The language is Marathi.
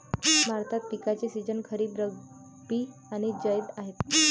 भारतात पिकांचे सीझन खरीप, रब्बी आणि जैद आहेत